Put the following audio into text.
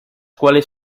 cuales